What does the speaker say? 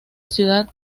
ciudad